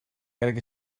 gydag